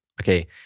Okay